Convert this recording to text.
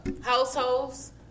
households